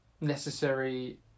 necessary